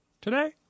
Today